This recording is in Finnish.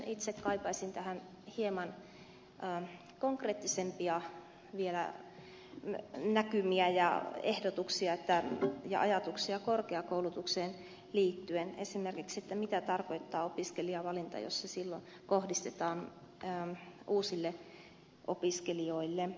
itse kaipaisin tähän vielä hieman konkreettisempia näkymiä ja ehdotuksia ja ajatuksia korkeakoulutukseen liittyen esimerkiksi siitä mitä tarkoittaa opiskelijavalinta jos se silloin kohdistetaan uusille opiskelijoille